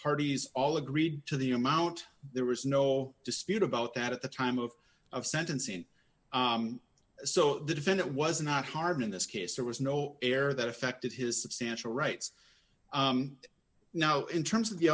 parties all agreed to the amount there was no dispute about that at the time of sentencing so the defendant was not harmed in this case there was no air that affected his substantial rights now in terms of the